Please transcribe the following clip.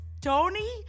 Tony